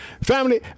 family